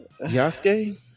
Yasuke